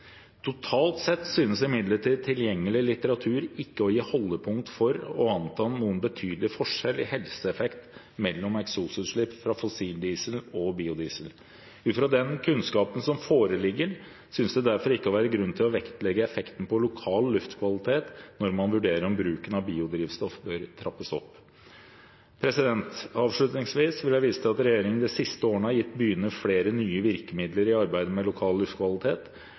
Totalt sett synes imidlertid tilgjengelig litteratur ikke å gi holdepunkt for å anta noen betydelig forskjell i helseeffekt mellom eksosutslipp fra fossildiesel og fra biodiesel. Ut fra den kunnskapen som foreligger, synes det derfor ikke å være grunn til å vektlegge effekten på lokal luftkvalitet når man vurderer om bruken av biodrivstoff bør trappes opp. Avslutningsvis vil jeg vise til at regjeringen de siste årene har gitt byene flere nye virkemidler i arbeidet med lokal luftkvalitet.